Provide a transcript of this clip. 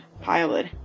pilot